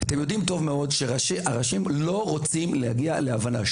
אתם יודעים טוב מאוד שהמובילים בצד שלכם לא רוצים להגיע לשום הבנה,